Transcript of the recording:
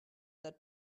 that